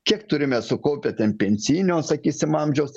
kiek turime sukaupę ten pensijinio sakysim amžiaus